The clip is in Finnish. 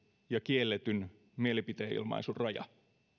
ja kielletyn mielipiteenilmaisun raja